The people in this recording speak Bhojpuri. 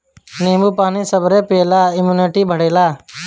नींबू पानी सबेरे पियला से इमुनिटी बढ़ेला